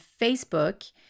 Facebook